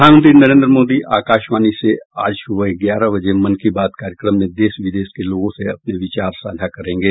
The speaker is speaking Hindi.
प्रधानमंत्री नरेन्द्र मोदी आकाशवाणी से आज सुबह ग्यारह बजे मन की बात कार्यक्रम में देश विदेश के लोगों से अपने विचार साझा करेंगे